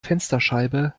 fensterscheibe